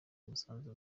umusanzu